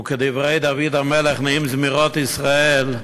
וכדברי דוד המלך נעים זמירות ישראל: